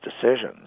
decisions